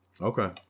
Okay